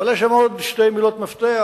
אבל יש שם עוד שתי מילות מפתח: